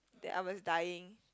that I was dying